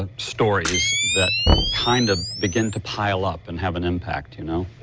ah stories that kind of begin to pile up. and have an impact, you know?